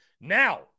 Now